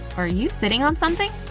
are you sitting on something?